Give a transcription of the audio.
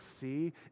see